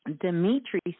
Dimitri